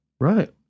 Right